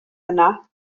yna